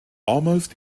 almost